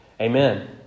Amen